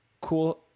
Cool